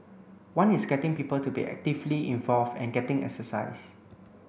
one is getting people to be actively involved and getting exercise